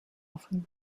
often